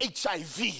hiv